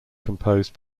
composed